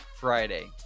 Friday